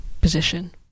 position